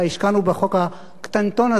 השקענו בחוק הקטנטון הזה,